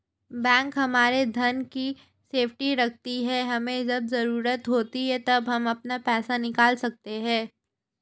bank हमारे धन की सेफ्टी रखती है हमे जब जरूरत होती है तब हम अपना पैसे निकल सकते है